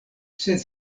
sed